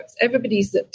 Everybody's